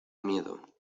miedo